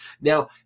Now